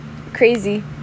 crazy